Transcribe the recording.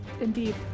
indeed